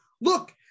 look